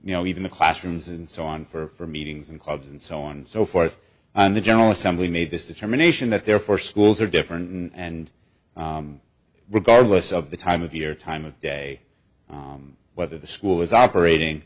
you know even the classrooms and so on for meetings and clubs and so on so forth and the general assembly made this determination that therefore schools are different and regardless of the time of year time of day whether the school is operating